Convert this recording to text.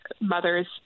mothers